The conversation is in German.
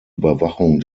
überwachung